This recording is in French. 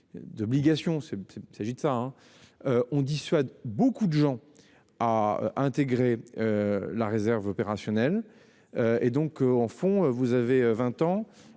D'obligation c'est s'agit de ça hein. On dissuade beaucoup de gens à intégrer. La réserve opérationnelle. Et donc en fond, vous avez 20 ans